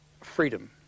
freedom